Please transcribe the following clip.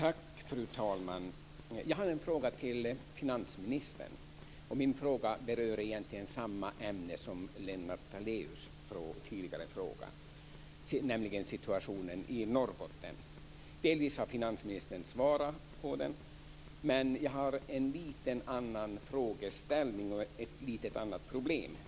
Fru talman! Jag har en fråga till finansministern. Min fråga berör egentligen samma ämne som Lennart Daléus tidigare fråga, nämligen situationen i Norrbotten. Finansministern har delvis svarat på den. Men jag har en lite annorlunda frågeställning och ett lite annorlunda problem.